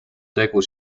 tegu